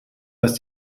dass